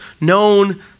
known